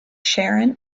sharon